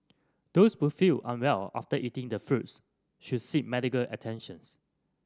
those who feel unwell after eating the fruits should seek medical attentions